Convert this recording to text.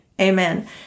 Amen